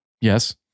yes